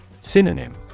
Synonym